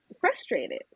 frustrated